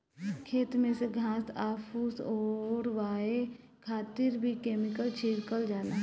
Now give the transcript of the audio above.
खेत में से घास आ फूस ओरवावे खातिर भी केमिकल छिड़कल जाला